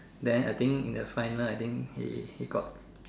then I think in the final I think he he got